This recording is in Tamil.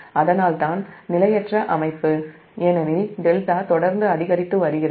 அதனால் தான் நிலையற்ற அமைப்பு ஏனெனில் δ தொடர்ந்து அதிகரித்து வருகிறது